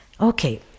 Okay